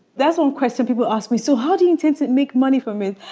that's one question people ask me so how do you intend to make money from it?